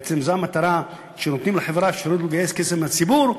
בעצם זו המטרה: כשנותנים לחברה אפשרות לגייס כסף מהציבור,